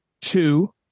Two